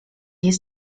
jest